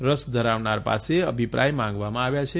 રસ ધરાવનાર પાસે અભિપ્રાય માંગવામાં આવ્યા છે